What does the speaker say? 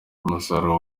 umusaruro